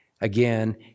again